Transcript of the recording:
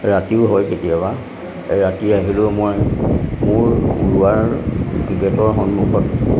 ৰাতিও হয় কেতিয়াবা ৰাতি আহিলেও মই মোৰ লোৱাৰ গে'টৰ সন্মুখত